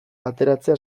atzeratzea